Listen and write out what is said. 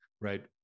right